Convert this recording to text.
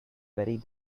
buried